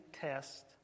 test